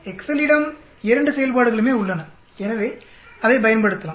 எக்செல்லிடம் இரண்டு செயல்பாடுகளுமே உள்ளன எனவே அதைப் பயன்படுத்தலாம்